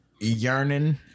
yearning